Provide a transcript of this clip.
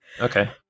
Okay